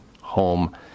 home